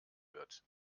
wird